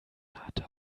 renate